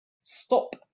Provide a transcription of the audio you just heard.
stop